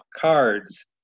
cards